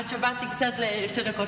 עד שבאתי לשתי דקות.